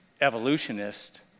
evolutionist